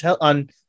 on